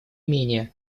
менее